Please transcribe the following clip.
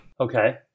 Okay